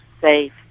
safe